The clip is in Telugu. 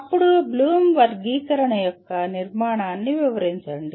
అప్పుడు బ్లూమ్ వర్గీకరణ యొక్క నిర్మాణాన్ని వివరించండి